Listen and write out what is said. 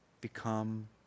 become